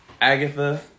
Agatha